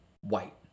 White